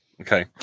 Okay